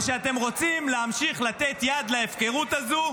או שאתם רוצים להמשיך לתת יד להפקרות הזו,